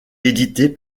édité